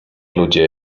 ludzie